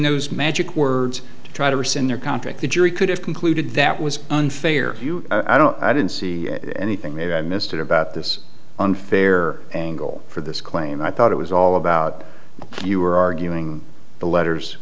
those magic words to try to rescind their contract the jury could have concluded that was unfair i don't i didn't see anything maybe i missed it about this unfair angle for this claim i thought it was all about you were arguing the letters